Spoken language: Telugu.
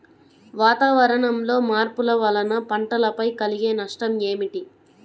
వాతావరణంలో మార్పుల వలన పంటలపై కలిగే నష్టం ఏమిటీ?